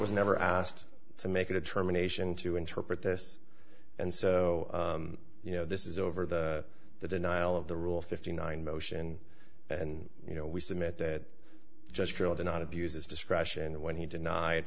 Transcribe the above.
was never asked to make a determination to interpret this and so you know this is over the the denial of the rule fifty nine motion and you know we submit that just rolled in and abused its discretion when he denied